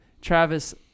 Travis